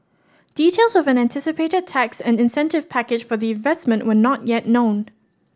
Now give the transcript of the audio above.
details of an anticipated tax and incentive package for the investment were not yet known